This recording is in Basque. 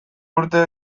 urte